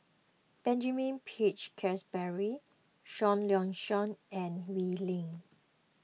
Benjamin Peach Keasberry Seah Liang Seah and Wee Lin